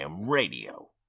Radio